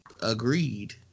Agreed